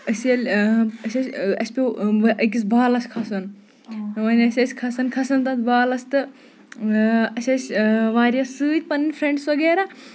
أسۍ ییٚلہِ أسۍ ٲسۍ اَسہِ پیٚوو أکِس بالَس کھسُن وۄنۍ ٲسۍ أسۍ کھسن کھسن تَتھ بالَس تہٕ اَسہِ ٲسۍ واریاہ سۭتۍ پَنٕنۍ فرینڈٔس وغیرہ